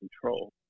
control